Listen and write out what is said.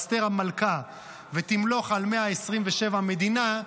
אסתר המלכה ותמלוך על 127 מדינה,